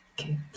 Okay